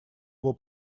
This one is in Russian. его